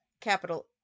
capital